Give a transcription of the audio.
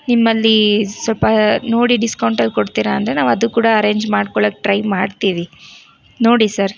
ನಿಮ್ಮಲ್ಲಿ ಸ್ವಲ್ಪ ನೋಡಿ ಡಿಸ್ಕೌಂಟಲ್ಲಿ ಕೊಡ್ತೀರಾ ಅಂದರೆ ನಾವು ಅದು ಕೂಡ ಅರೇಂಜ್ ಮಾಡ್ಕೊಳ್ಳೋಕೆ ಟ್ರೈ ಮಾಡ್ತೀವಿ ನೋಡಿ ಸರ್